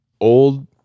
old